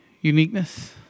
Uniqueness